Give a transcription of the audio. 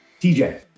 TJ